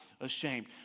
ashamed